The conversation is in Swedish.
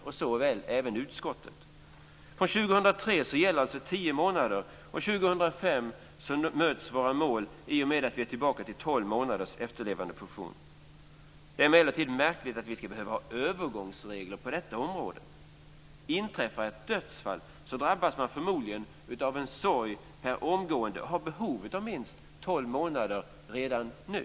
fr.o.m. 2003 gäller tio månader, och 2005 möts våra mål i och med att vi är tillbaka vid tolv månaders efterlevandepension. Det är emellertid märkligt att vi ska behöva ha övergångsregler på detta område. När ett dödsfall inträffar drabbas man förmodligen av sorg per omgående, och man har redan nu behov av minst tolv månaders efterlevandepension.